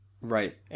right